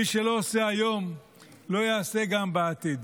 ומי שלא עושה היום לא יעשה גם בעתיד.